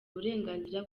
uburenganzira